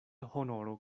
honoro